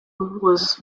was